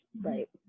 right